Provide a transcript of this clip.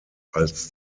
als